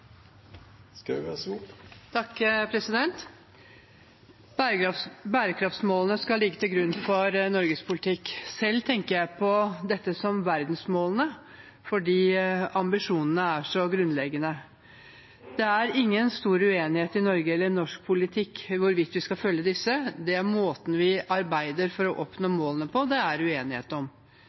Bærekraftsmålene skal ligge til grunn for Norges politikk. Selv tenker jeg på dette som verdensmålene, fordi ambisjonene er så grunnleggende. Det er ingen stor uenighet i Norge eller i norsk politikk om hvorvidt vi skal følge disse; det er måten vi arbeider for å oppnå målene på, det er uenighet om.